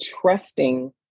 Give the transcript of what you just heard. trusting